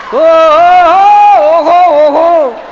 oh.